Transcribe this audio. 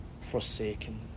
forsaken